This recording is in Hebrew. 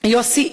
יוסי אילוק,